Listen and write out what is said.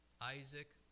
Isaac